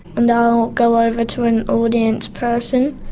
and i'll go over to an audience person,